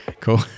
Cool